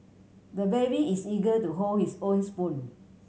the baby is eager to hold his own spoon